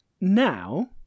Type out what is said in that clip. now